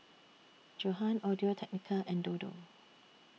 Johan Audio Technica and Dodo